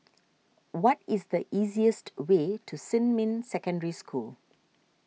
what is the easiest way to Xinmin Secondary School